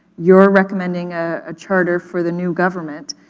you're recommending a ah charter for the new government.